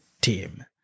team